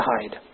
hide